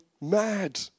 mad